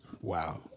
Wow